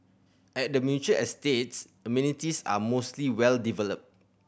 at the mature estates amenities are mostly well developed